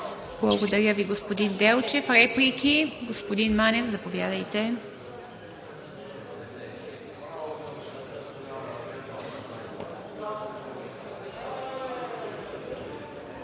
Благодаря Ви, господин Делчев. Реплики? Господин Манев, заповядайте.